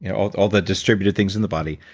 yeah all all the distributor things in the body,